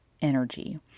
energy